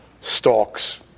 stalks